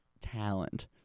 talent